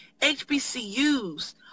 HBCUs